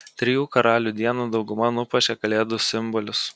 trijų karalių dieną dauguma nupuošė kalėdų simbolius